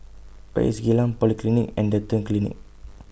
Where IS Geylang Polyclinic and Dental Clinic